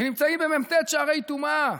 ונמצאים במ"ט שערי טומאה.